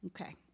Okay